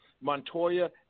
Montoya